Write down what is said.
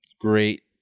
great